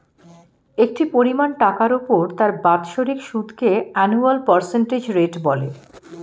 একটি পরিমাণ টাকার উপর তার বাৎসরিক সুদকে অ্যানুয়াল পার্সেন্টেজ রেট বলে